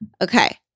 Okay